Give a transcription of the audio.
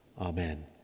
Amen